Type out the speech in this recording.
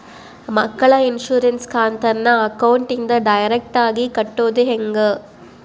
ಮಕ್ಕಳ ಇನ್ಸುರೆನ್ಸ್ ಕಂತನ್ನ ಅಕೌಂಟಿಂದ ಡೈರೆಕ್ಟಾಗಿ ಕಟ್ಟೋದು ಹೆಂಗ?